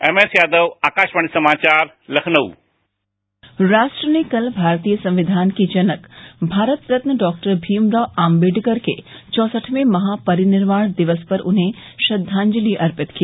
M S Yadav Akashvani समाचार लखनऊ राष्ट्र ने कल भारतीय संविधान के जनक भारत रत्न डॉक्टर भीमराव आम्बेडकर के चौसठवें महा परिनिर्वाण दिवस पर उन्हें श्रद्वांजलि अर्पित की